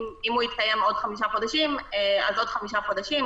ואם הוא יתקיים בעוד חמישה חודשים אז בעוד חמישה חודשים.